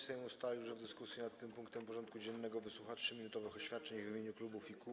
Sejm ustalił, że w dyskusji nad tym punktem porządku dziennego wysłucha 3-minutowych oświadczeń w imieniu klubów i kół.